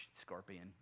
scorpion